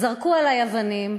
זרקו עלי אבנים,